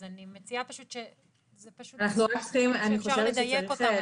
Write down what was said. אז אני מציעה אלו נושאים שאפשר לדייק אותם.